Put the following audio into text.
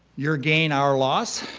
your gain, our loss.